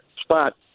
spot